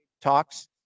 talks